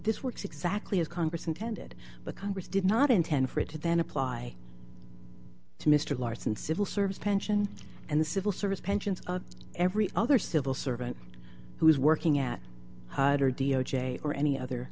this works exactly as congress intended but congress did not intend for it to then apply to mr larson civil service pension and civil service pensions of every other civil servant who is working at d o j or any other